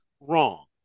wrong